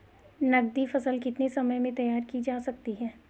नगदी फसल कितने समय में तैयार की जा सकती है?